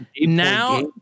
now